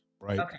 right